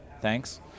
Thanks